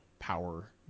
power